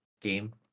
game